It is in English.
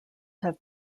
have